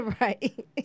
Right